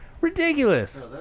Ridiculous